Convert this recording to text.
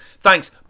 Thanks